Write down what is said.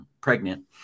pregnant